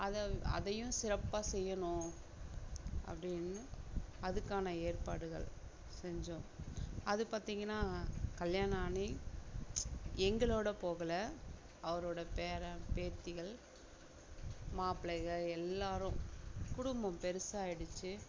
அதை அதையும் சிறப்பாக செய்யணும் அப்படின்னு அதுக்கான ஏற்பாடுகள் செஞ்சோம் அது பார்த்தீங்கன்னா கல்யாணனே எங்களோட போகலை அவரோட பேரன் பேத்திகள் மாப்பிளைகள் எல்லாரும் குடும்பம் பெருசாக ஆகிடுச்சி